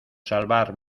salvar